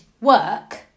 work